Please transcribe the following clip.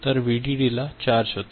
तर हे व्हीडीडीला चार्ज होते